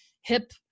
hip